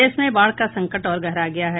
प्रदेश में बाढ़ का संकट और गहरा गया है